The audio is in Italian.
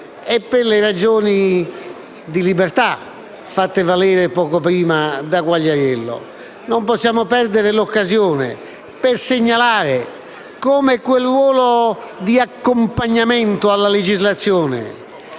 e per quelle di libertà, fatte valere poco prima dal collega Quagliariello. Non possiamo perdere l'occasione per segnalare come quel ruolo di accompagnamento alla legislazione,